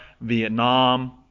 Vietnam